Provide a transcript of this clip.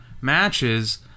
matches